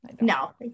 No